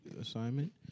assignment